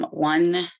one